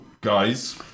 guys